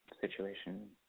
situation